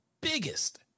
biggest